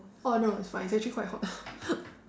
oh no it's fine it's actually quite hot